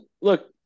look